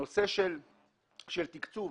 בנושא התקצוב,